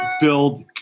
build